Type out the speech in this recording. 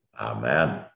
Amen